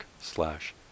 slash